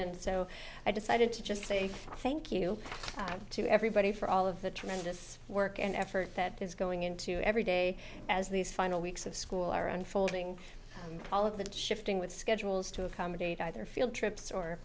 in so i decided to just say thank you to everybody for all of the tremendous work and effort that is going into every day as these final weeks of school are unfolding all of the shifting with schedules to accommodate either field trips or